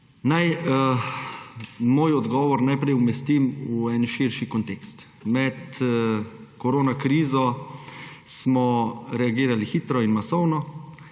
Naj moj odgovor najprej umestim v en širši kontekst. Med koronakrizo smo reagirali hitro in masovno